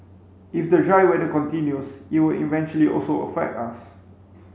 if the dry weather continues it will eventually also affect us